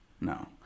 No